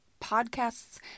podcasts